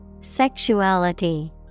Sexuality